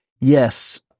Yes